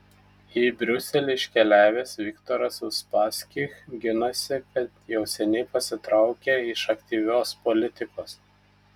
į briuselį iškeliavęs viktoras uspaskich ginasi kad jau seniai pasitraukė iš aktyvios politikos